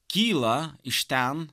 kyla iš ten